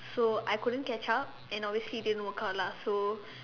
so I couldn't catch up and obviously didn't work out lah so